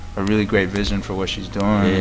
a really great vision for what she's doing yeah